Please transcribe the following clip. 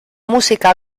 música